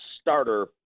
starter